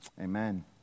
Amen